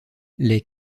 les